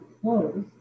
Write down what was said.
close